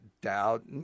doubt